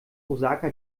osaka